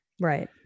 Right